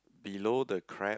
below the crab